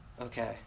okay